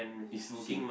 it's working